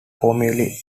formulae